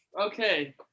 Okay